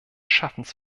schaffens